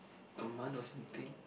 a month or something